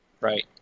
Right